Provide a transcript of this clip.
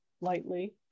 lightly